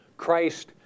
Christ